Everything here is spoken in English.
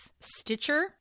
Stitcher